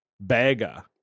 Baga